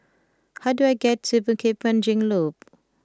how do I get to Bukit Panjang Loop